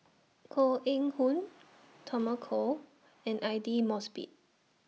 Koh Eng Hoon Tommy Koh and Aidli Mosbit